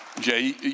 Jay